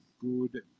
good